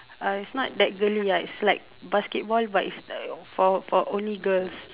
uh it's not that girly ah it's like basketball but it's for for only girls